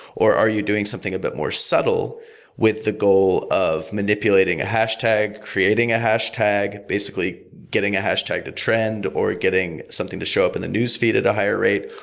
are you doing something a bit more subtle with the goal of manipulating hashtag, creating ah hashtag? basically, getting a hashtag to trend, or getting something to show up in the newsfeed at a higher rate,